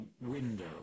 window